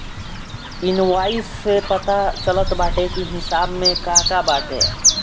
invoice से पता चलत बाटे की हिसाब में का का बाटे